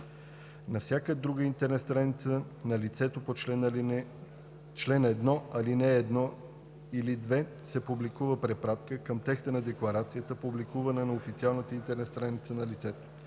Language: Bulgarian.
На всяка друга интернет страница на лицето по чл. 1, ал. 1 или 2 се публикува препратка към текста на декларацията, публикувана на официалната интернет страница на лицето.